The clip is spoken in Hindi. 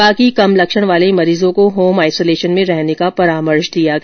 बाकी कम लक्षण वाले मरीजों को होम आईसोलेशन में रहने का परामर्श दिया गया